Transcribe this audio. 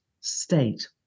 state